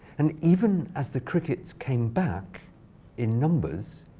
and even as the crickets came back in numbers,